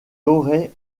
aurait